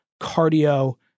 cardio